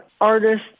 artists